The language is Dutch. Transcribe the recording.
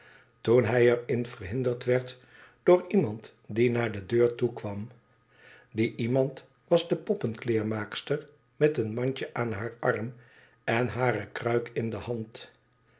toen hij er in verhinderd werd door iemand die naar de deur toe kwam die iemand was de poppenkleermaakster met een mandje aan haar arm en hare kruik in de hand